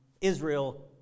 Israel